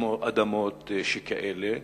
אדמות שכאלה,